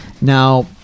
Now